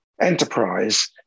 enterprise